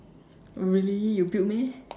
oh really you build meh